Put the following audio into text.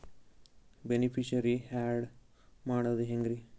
Beneficiary, add ಮಾಡೋದು ಹೆಂಗ್ರಿ?